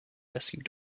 rescued